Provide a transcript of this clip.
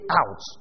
out